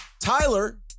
Tyler